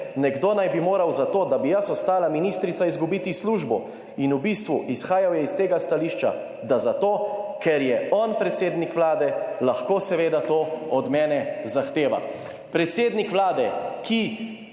nekdo naj bi moral za to, da bi jaz ostala ministrica, izgubiti službo. In v bistvu izhajal je iz tega stališča, da zato, ker je on predsednik Vlade, lahko seveda to od mene zahteva. Predsednik Vlade, ki